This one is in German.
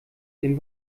den